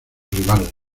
rival